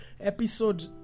Episode